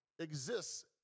exists